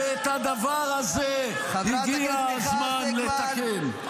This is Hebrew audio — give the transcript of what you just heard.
ואת הדבר הזה הגיע הזמן לתקן.